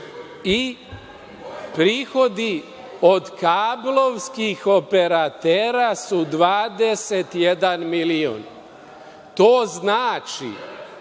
I prihodi od kablovskih operatera su 21 milion. To znači